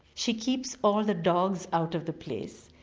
she keeps all the dogs out of the place,